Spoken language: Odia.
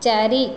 ଚାରି